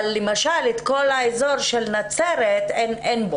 אבל בכל האזור של נצרת אין.